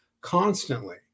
Constantly